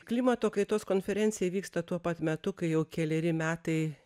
klimato kaitos konferencijai vyksta tuo pat metu kai jau keleri metai